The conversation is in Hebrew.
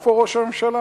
איפה ראש הממשלה?